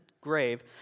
grave